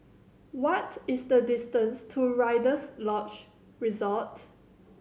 what is the distance to Rider's Lodge Resort